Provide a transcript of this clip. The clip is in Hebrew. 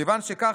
כיוון שכך,